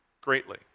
greatly